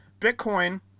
Bitcoin